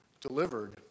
delivered